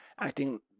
acting